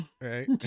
Right